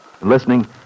Listening